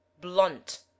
blunt